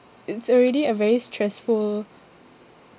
it's already a very stressful